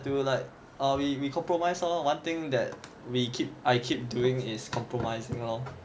to like ah we we compromise lor one thing that we keep I keep doing is compromising lor